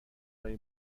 لای